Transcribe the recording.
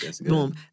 Boom